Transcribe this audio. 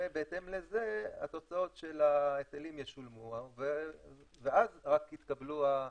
ובהתאם לזה התוצאות של ההיטלים ישולמו ואז רק יתקבלו הכספים.